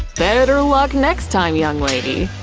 better luck next time, young lady.